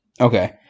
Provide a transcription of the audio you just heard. Okay